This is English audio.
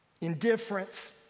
indifference